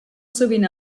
sovint